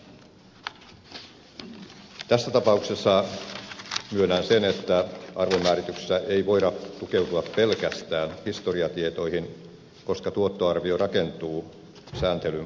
tässä tapauksessa myönnän sen että arvonmäärityksessä ei voida tukeutua pelkästään historiatietoihin koska tuottoarvio rakentuu sääntelyn pohjalle